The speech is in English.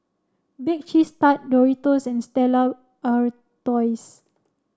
Bake Cheese Tart Doritos and Stella Artois